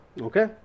Okay